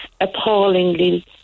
appallingly